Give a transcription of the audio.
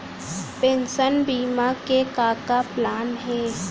Pension बीमा के का का प्लान हे?